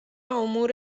امور